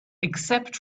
except